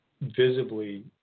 visibly